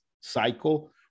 cycle